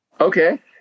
Okay